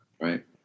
Right